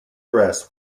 dress